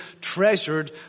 treasured